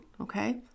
okay